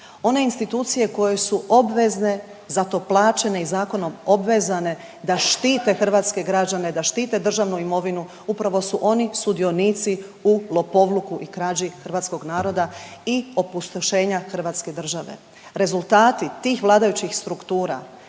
one institucije koje su obvezne, za to plaćene i zakonom obvezane da štite hrvatske građane, da štite državnu imovinu upravo su oni sudionici u lopovluku i krađi hrvatskog naroda i opustošenja hrvatske države. Rezultati tih vladajućih struktura